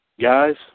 Guys